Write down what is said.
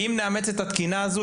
אם נאמץ את התקינה הזאת,